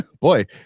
boy